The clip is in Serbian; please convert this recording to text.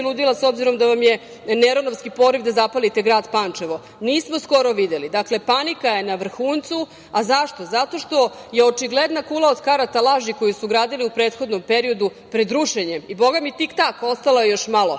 s obzirom da vam je … poriv da zapalite grad Pančevo, nismo skoro videli. Dakle, panika je na vrhuncu zato što je očigledna kula od karata laži koju su gradili u prethodnom periodu pred rušenjem, i Boga mi, tik tak, ostalo je još malo,